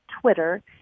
Twitter